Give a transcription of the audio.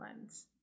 lens